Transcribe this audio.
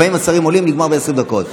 לפעמים השרים עולים וזה נגמר ב-20 דקות,